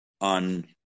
on